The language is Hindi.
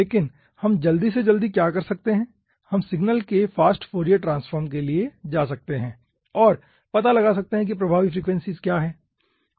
लेकिन हम जल्दी से जल्दी क्या कर सकते हैं हम सिग्नल के फास्ट फोरियर ट्रांसफॉर्म के लिए जा सकते हैं और पता लगा सकते हैं कि प्रभावी फ्रीक्वेंसीज़ क्या हैं